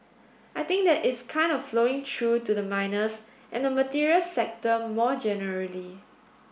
I think that is kind of flowing through to the miners and the materials sector more generally